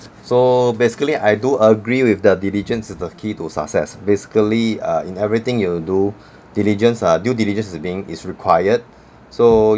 so basically I do agree with the diligence is the key to success basically uh in everything you do diligence uh due diligence is being is required so